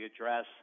address